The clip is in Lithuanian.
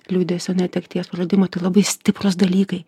liūdesio netekties praradimo tai labai stiprūs dalykai